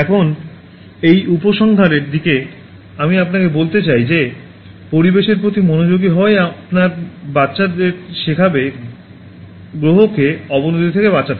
এখন এই উপসংহারের দিকে আমি আপনাকে বলতে চাই যে পরিবেশের প্রতি মনোযোগী হওয়াই আপনার বাচ্চাদের শেখাবে গ্রহকে অবনতি থেকে বাঁচাতে